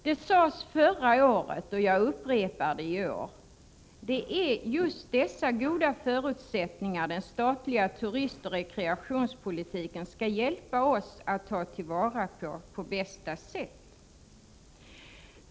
Det sades förra året — och jag upprepar det i år — att den statliga turistoch rekreationspolitiken skall hjälpa oss att på bästa sätt ta till vara dessa goda förutsättningar.